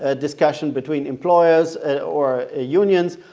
ah discussion between employers or ah unions,